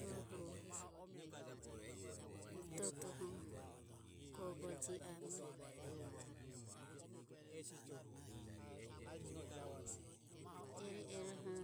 Rohu butotoho gogo jioame ere eroho